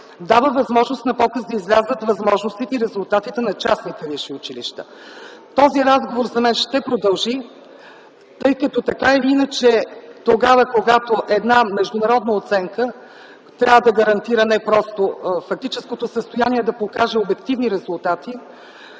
дава възможност на показ да излязат възможностите и резултатите на частните висшите училища. Този разговор за мен ще продължи, тъй като, така или иначе, тогава когато една международна оценка трябва да гарантира не просто фактическото състояние, да покаже обективни резултати,